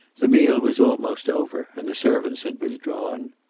the meal was almost over, and the servants had withdrawn.